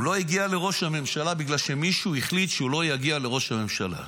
הוא לא הגיע לראש הממשלה בגלל שמישהו החליט שהוא לא יגיע לראש הממשלה.